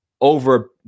over